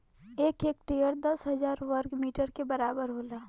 एक हेक्टेयर दस हजार वर्ग मीटर के बराबर होला